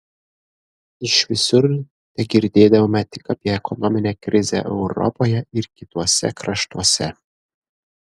iš visur tegirdėdavome tik apie ekonominę krizę europoje ir kituose kraštuose